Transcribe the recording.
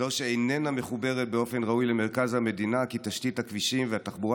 זו שאיננה מחוברת באופן ראוי למרכז המדינה כי תשתית הכבישים והתחבורה